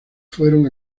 fueron